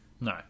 No